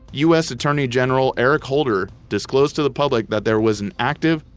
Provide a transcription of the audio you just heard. us attorney-general eric holder disclosed to the public that there was an active,